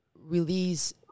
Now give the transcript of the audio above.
release